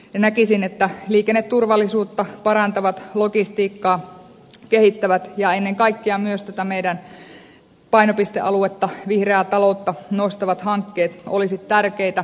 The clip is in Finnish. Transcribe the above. näkisin että liikenneturvallisuutta parantavat logistiikkaa kehittävät ja ennen kaikkea myös tätä meidän painopistealuettamme vihreää taloutta nostavat hankkeet olisivat tärkeitä